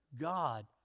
God